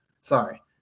Sorry